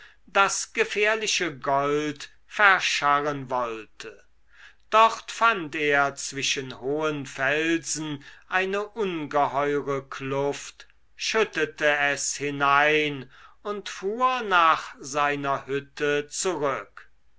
das gefährliche gold verscharren wollte dort fand er zwischen hohen felsen eine ungeheure kluft schüttete es hinein und fuhr nach seiner hütte zurück